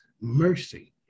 mercy